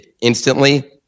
instantly